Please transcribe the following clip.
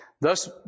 Thus